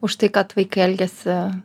už tai kad vaikai elgiasi